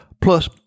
Plus